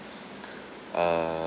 uh